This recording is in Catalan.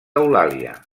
eulàlia